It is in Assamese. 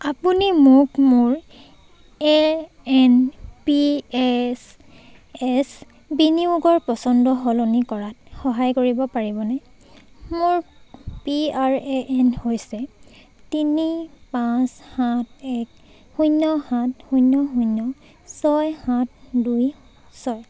আপুনি মোক মোৰ A N P S S বিনিয়োগৰ পছন্দ সলনি কৰাত সহায় কৰিব পাৰিবনে মোৰ পি আৰ এ এন হৈছে তিনি পাঁচ সাত এক শূন্য সাত শূন্য শূন্য ছয় সাত দুই ছয়